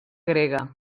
grega